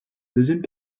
deuxième